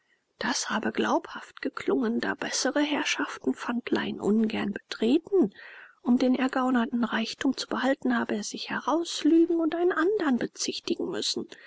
das habe glaubhaft geklungen da bessere herrschaften pfandleihen ungern betreten um den ergaunerten reichtum zu behalten habe er sich herauslügen und einen andren bezichtigen müssen